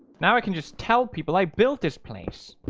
now i can just tell people i built this place